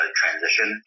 transition